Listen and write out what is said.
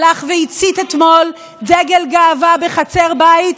הלך והצית אתמול דגל גאווה בחצר בית,